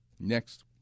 Next